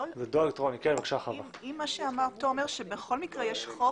אם מה שאמר תומר שבכל מקרה יש חוק